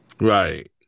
Right